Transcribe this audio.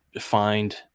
find